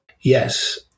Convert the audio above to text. Yes